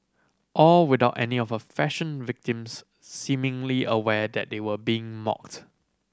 all without any of her fashion victims seemingly aware that they were being mocked